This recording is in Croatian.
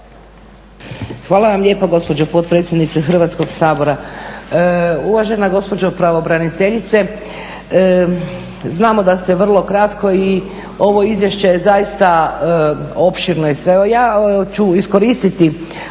Hvala vam lijepo gospođo potpredsjednice Hrvatskog sabora. Uvažena gospođo pravobraniteljice, znamo da ste vrlo kratko i ovo izvješće je zaista opširno. Ja ću iskoristiti